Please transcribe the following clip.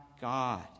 God